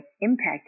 impact